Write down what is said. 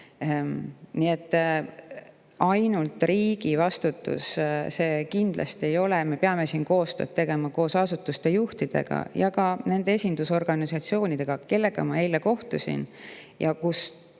Nii et ainult riigi vastutus see kindlasti ei ole. Me peame koostööd tegema asutuste juhtidega ja ka nende esindusorganisatsioonidega, kellega ma eile kohtusin.